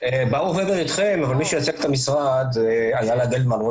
ברוך ובר איתכם אבל מי שייצג את המשרד זה אילה גלדמן,